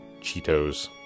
Cheetos